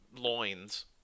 Loins